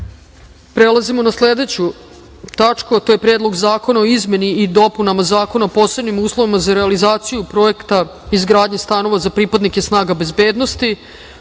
celini. Stavljam na glasanje Predlog zakona o izmeni i dopunama Zakona o posebnim uslovima za realizaciju projekta izgradnje stanova za pripadnike snaga bezbednosti,